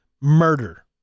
Murder